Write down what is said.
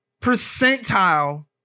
percentile